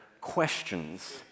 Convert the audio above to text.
questions